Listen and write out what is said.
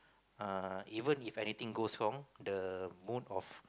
uh even if anything goes wrong the mood of